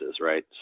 right